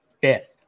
Fifth